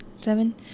Seven